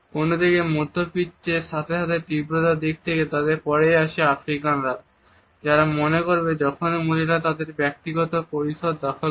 অন্য দিকে মধ্যপ্রাচ্যের সাথে সাথে তীব্রতার দিক দিয়ে তাদের পরেই আছে আফ্রিকানরা যারা মনে করবে যখন মহিলারা তাদের ব্যক্তিগত পরিষদ দখল করে